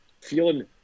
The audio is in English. feeling